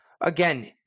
again